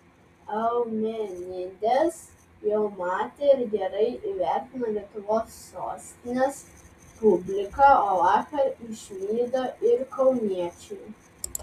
eumenides jau matė ir gerai įvertino lietuvos sostinės publika o vakar išvydo ir kauniečiai